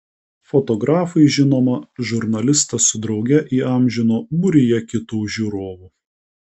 fotografai žinomą žurnalistą su drauge įamžino būryje kitų žiūrovų